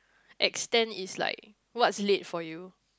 extent is like what's late for you